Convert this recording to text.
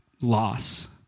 loss